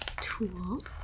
tool